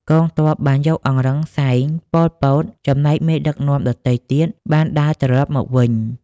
កងទ័ព បានយកអង្រឹងសែង ប៉ុល ពត ចំណែកមេដឹកនាំដទៃទៀតបានដើរត្រឡប់មកវិញ។